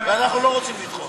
אנחנו לא רוצים לדחות.